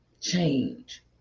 change